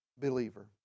believer